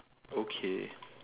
okay